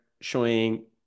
showing